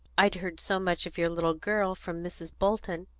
i'd heard so much of your little girl from mrs. bolton,